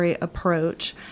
approach